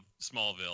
Smallville